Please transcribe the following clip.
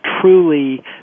truly